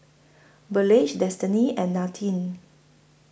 Burleigh Destiney and Nadine